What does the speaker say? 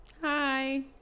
Hi